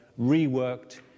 reworked